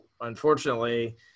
unfortunately